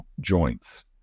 joints